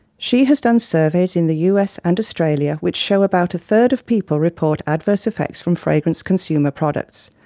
she has done surveys in the us and australia which show about a third of people report adverse affects from fragranced consumer products.